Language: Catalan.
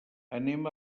anem